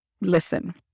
listen